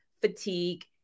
fatigue